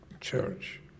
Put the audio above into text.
church